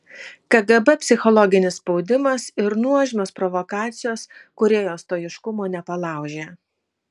kgb psichologinis spaudimas ir nuožmios provokacijos kūrėjo stoiškumo nepalaužė